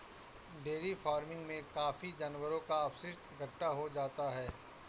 dairy farming में काफी जानवरों का अपशिष्ट इकट्ठा हो जाता है